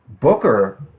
Booker